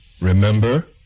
Remember